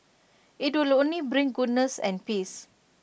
IT will only bring goodness and peace